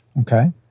Okay